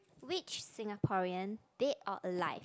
which Singaporean dead or alive